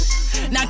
Now